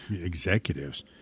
executives